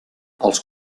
als